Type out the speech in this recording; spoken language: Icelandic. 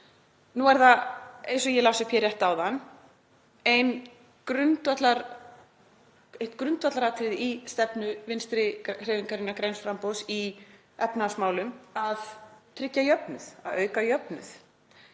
Nú er það, eins og ég las upp hér rétt áðan, eitt grundvallaratriði í stefnu Vinstri hreyfingarinnar — græns framboðs í efnahagsmálum að tryggja jöfnuð, að auka jöfnuð.